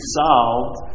solved